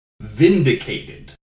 Vindicated